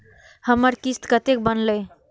हमर किस्त कतैक बनले?